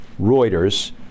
Reuters